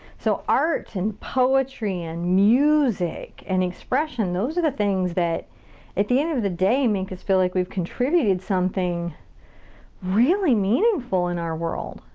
so art and poetry and music and expression, those are the things that at the end of the day make us feel like we've contributed something really meaningful in our world,